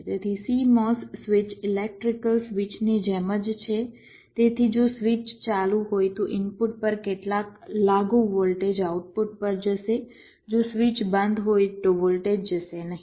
તેથી CMOS switch electrical સ્વિચની જેમ જ છે તેથી જો સ્વિચ ચાલુ હોય તો ઇનપુટ પર કેટલાક લાગુ વોલ્ટેજ આઉટપુટ પર જશે જો સ્વિચ બંધ હોય તો વોલ્ટેજ જશે નહીં